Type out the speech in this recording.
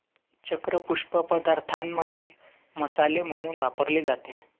चक्र पुष्प पदार्थांमध्ये मसाले म्हणून वापरले जाते